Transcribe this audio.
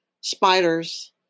spiders